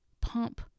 pump